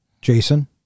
Jason